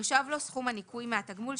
יושב לו סכום הניכוי מהתגמול."